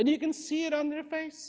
and you can see it on their face